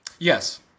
Yes